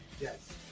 Yes